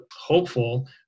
hopeful